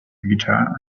guitar